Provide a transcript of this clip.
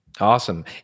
Awesome